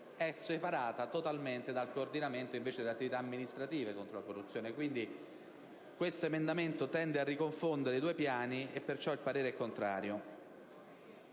separazione totale dal coordinamento invece delle attività amministrative contro la corruzione. Questo emendamento tende invece a riconfondere i due piani, e perciò il parere è contrario.